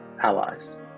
Allies